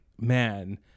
man